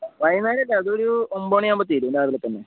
വൈകുന്നേരം അല്ല അതൊരു ഒമ്പത് മണിയാകുമ്പോൾ തീരും രാവിലെതന്നെ